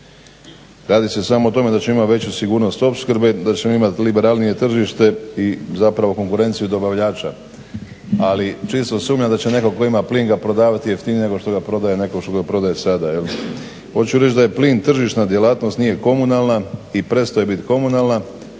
Radi se samo o tome da ćemo imati veću sigurnost opskrbe, da ćemo imati liberalnije tržište i zapravo konkurenciju dobavljača. Ali čisto sumnjam da će netko tko ima plin ga prodavati jeftinije nego što ga prodaje nego što ga prodaje sada. Hoću reći da je plin tržišna djelatnost, nije komunalna i prestao je biti komunalna,